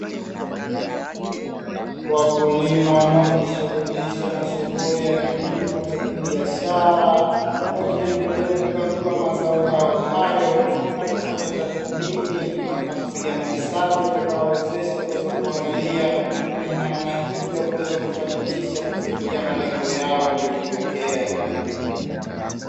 Wakulima wanaojishighulisha na shughuli ya kilimo cha kibiashara, wakiendelea kukagua mazao yao, na kupiga tathimini namna gani wanaweza kuangalia kufikia malengo yao waliojiwekea.